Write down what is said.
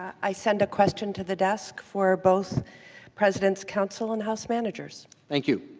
i send a question to the task for both presidents council and house managers thank you